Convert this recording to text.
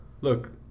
look